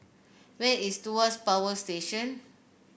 where is Tuas Power Station